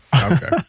Okay